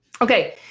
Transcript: Okay